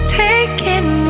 taking